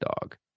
dog